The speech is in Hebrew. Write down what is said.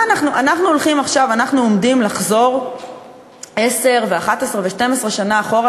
אנחנו עומדים לחזור עשר ו-11 ו-12 שנה אחורה,